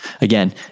again